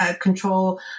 control